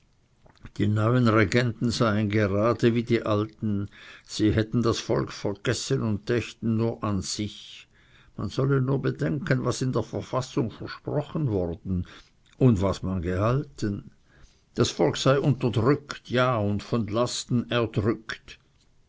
die neuen regenten seien gerade wie die alten sie hätten das volk vergessen und dächten nur an sich man solle nur bedenken was in der verfassung versprochen worden und was man gehalten das volk sei unterdrückt ja und von lasten erdrückt